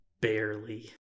Barely